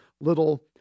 little